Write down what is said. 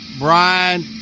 Brian